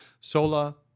Sola